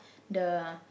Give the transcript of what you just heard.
the